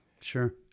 Sure